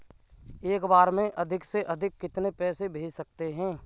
एक बार में अधिक से अधिक कितने पैसे भेज सकते हैं?